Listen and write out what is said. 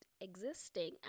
existing